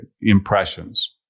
impressions